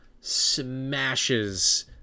smashes